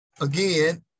Again